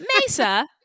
Mesa